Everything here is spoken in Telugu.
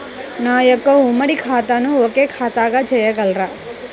నా యొక్క ఉమ్మడి ఖాతాను ఒకే ఖాతాగా చేయగలరా?